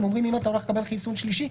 הם אומרים שאם אתה הולך לקבל חיסון שלישי,